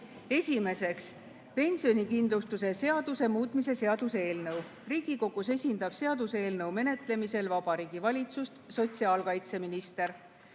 Esiteks, pensionikindlustuse seaduse muutmise seaduse eelnõu. Riigikogus esindab seaduseelnõu menetlemisel Vabariigi Valitsust sotsiaalkaitseminister.